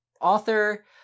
author